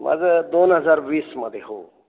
माझं दोन हजार वीसमध्ये हो